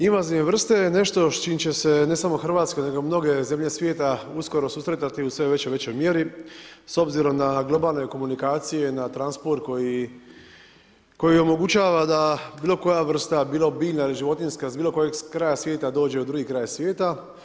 Invazivne vrste, je nešto s čim će se, ne samo Hrvatske, nego mnoge zemlje svijeta, uskoro susretati u sve većoj, većoj mjeri, s obzirom na globalne komunikacije, na transport, koji omogućava, da bilo koja vrsta, bilo biljna ili životinjska, s bilo kojeg kraja svijeta, dođe u drugi kraj svijeta.